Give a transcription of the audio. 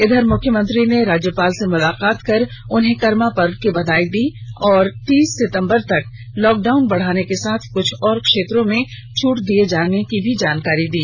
इधर मुख्यमंत्री ने राज्यपाल से मुलाकात कर उन्हें करमा पर्व की बधाई दी और उन्हें तीस सितंबर तक लॉकडाउन बढाने के साथ कुछ और क्षेत्रों में छट दिए जाने की जानकारी दी